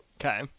Okay